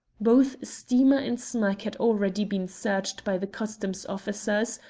both steamer and smack had already been searched by the customs' officers,